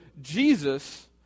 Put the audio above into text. Jesus